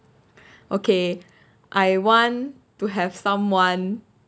okay I want to have someone